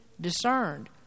discerned